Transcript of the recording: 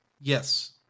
Yes